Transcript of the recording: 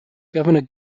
governor